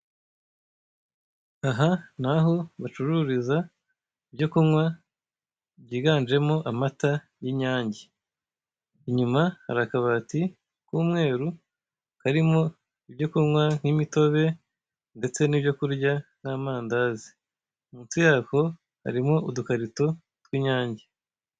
Aha ni aho bacururiza ibyo kunywa byiganjemo amata y'inyange; inyuma hari akabati k'umweru karimo ibyo kunywa, nk'imitobe ndetse n'ibyo kurya nk'amandazi; munsi yako harimo udukarito tw'inyange.